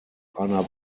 einer